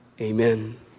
Amen